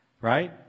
Right